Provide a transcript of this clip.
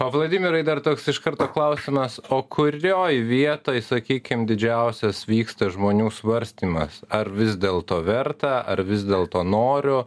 o vladimirai dar toks iš karto klausimas o kurioje vietoj sakykim didžiausias vyksta žmonių svarstymas ar vis dėlto verta ar vis dėlto noriu